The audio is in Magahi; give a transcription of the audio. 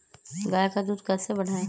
गाय का दूध कैसे बढ़ाये?